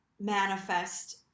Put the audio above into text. manifest